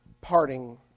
parting